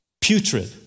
putrid